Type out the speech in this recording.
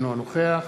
אינו נוכח